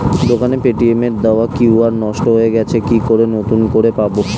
দোকানের পেটিএম এর দেওয়া কিউ.আর নষ্ট হয়ে গেছে কি করে নতুন করে পাবো?